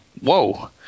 whoa